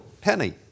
penny